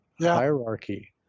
hierarchy